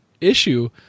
issue